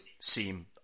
seem